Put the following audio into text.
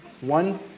One